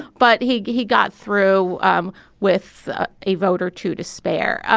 but he he got through um with a vote or two to spare.